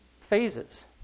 phases